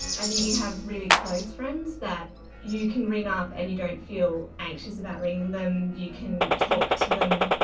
i think you have really close friends that you can ring up and you don't feel anxious about ringing them, you can talk to them,